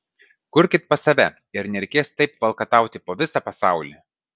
kurkit pas save ir nereikės taip valkatauti po visą pasaulį